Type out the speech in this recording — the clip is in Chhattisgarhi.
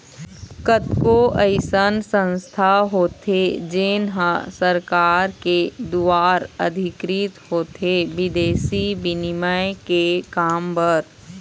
कतको अइसन संस्था होथे जेन ह सरकार के दुवार अधिकृत होथे बिदेसी बिनिमय के काम बर